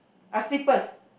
uh slippers